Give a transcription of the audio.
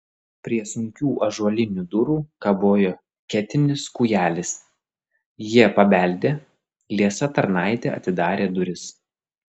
prie sunkių ąžuolinių durų kabojo ketinis kūjelis jie pabeldė liesa tarnaitė atidarė duris